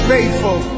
Faithful